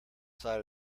side